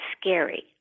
scary